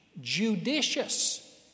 judicious